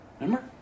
Remember